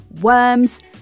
worms